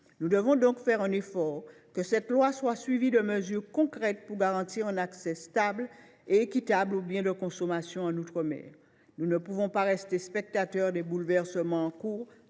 Nous devons donc faire en sorte que ce texte soit suivi de mesures concrètes pour garantir un accès stable et équitable aux biens de consommation en outre mer. Nous ne pouvons pas rester spectateurs des bouleversements en cours